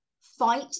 fight